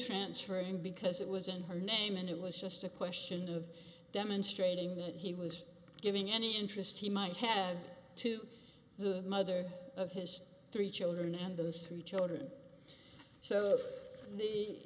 transferring because it was in her name and it was just a question of demonstrating that he was giving any interest he might have to the mother of his three children and those three children so the